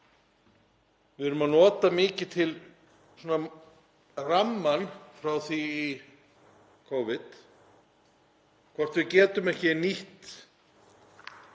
við erum að nota mikið til rammann frá því í Covid, hvort við getum ekki nýtt